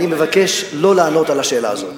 אני מבקש לא לענות על השאלה הזאת,